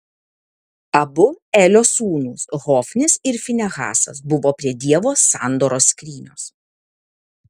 abu elio sūnūs hofnis ir finehasas buvo prie dievo sandoros skrynios